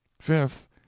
Fifth